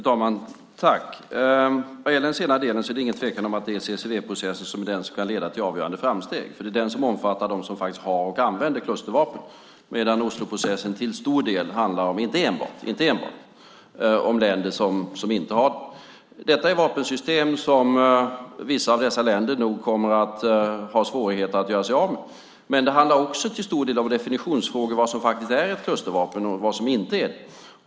Fru talman! Vad gäller den senare delen är det ingen tvekan om att CCW-processen är det som kan leda till avgörande framsteg, för den omfattar dem som faktiskt har och använder klustervapen medan Osloprocessen till stor del, men inte enbart, handlar om länder som inte har det. Det är fråga om vapensystem som vissa av dessa länder nog kommer att ha svårigheter att göra sig av med, men det handlar till stor del också om definitionsfrågor, vad som är ett klustervapen och vad som inte är det.